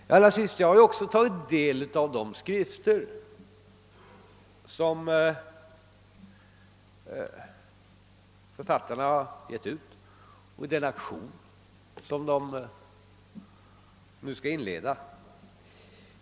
Jag har också tagit del av de skrifter, som författarna givit ut i den aktion som de nu skall inleda.